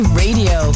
radio